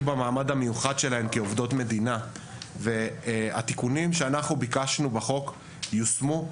במעמד המיוחד שלהן כעובדות מדינה והתיקונים שאנחנו ביקשנו בחוק יושמו.